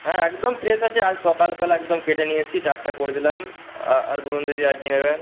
হ্যাঁ একদম ফ্রেশ আছে আজ সকালবেলা একদম কেটে নিয়ে এসেছি চারটে করে দিলাম আর বলুন দিদি আর কী নেবেন